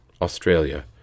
Australia